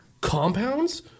compounds